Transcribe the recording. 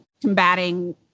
combating